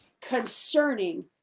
concerning